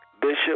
Bishop